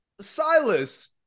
Silas